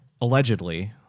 allegedly